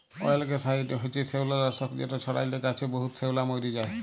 অয়েলগ্যাসাইড হছে শেওলালাসক যেট ছড়াইলে গাহাচে বহুত শেওলা মইরে যায়